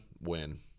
win